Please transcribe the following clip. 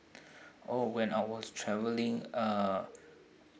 oh when I was travelling uh